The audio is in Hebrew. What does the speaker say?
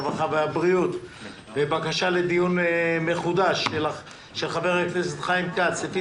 הרווחה והבריאות בבקשה לדיון מחודש של חבר הכנסת חיים כץ לפי